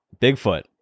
Bigfoot